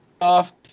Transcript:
off